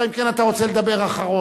אלא אם כן אתה רוצה לדבר אחרון.